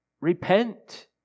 Repent